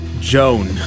Joan